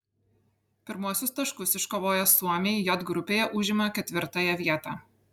pirmuosius taškus iškovoję suomiai j grupėje užima ketvirtąją vietą